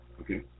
Okay